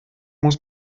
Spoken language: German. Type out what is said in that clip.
muss